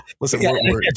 listen